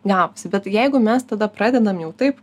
gavosi bet jeigu mes tada pradedam jau taip